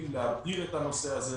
ולכן, אנחנו מבקשים להבהיר את הנושא הזה,